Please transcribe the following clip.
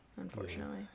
unfortunately